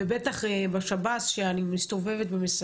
בטח גם בשב"ס שם אני מסתובבת ורואה